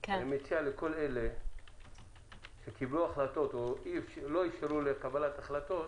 אני מציע לכל אלה שקיבלו החלטות או לא אפשרו קבלת החלטות,